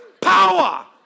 Power